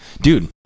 Dude